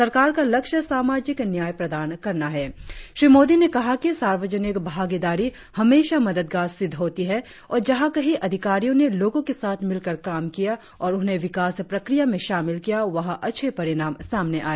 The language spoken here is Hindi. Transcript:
सरकार का लक्ष्य सामाजिक न्याय प्रदान करना है श्री मोदी ने कहा कि सार्वजनिक भागीदारी हमेशा मददगार सिद्ध होती है और जहां कहीं अधिकारियों ने लोगों के साथ मिलकर काम किया और उन्हें विकास प्रक्रिया में शामिल किया वहां अच्छे परिणाम सामने आए